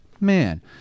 man